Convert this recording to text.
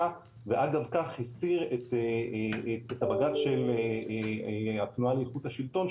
ואגב כך הסיר את הבג"ץ של התנועה לאיכות השלטון,